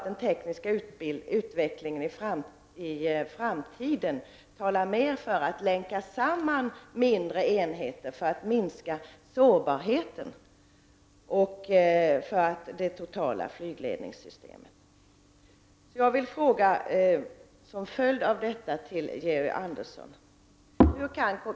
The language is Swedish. Den tekniska utvecklingen i framtiden talar mer för att länka samman mindre enheter för att minska sårbarheten i det totala flygledningssystemet.